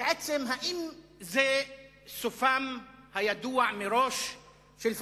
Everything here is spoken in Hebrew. האם זה סופם הידוע-מראש של פאשיסטים?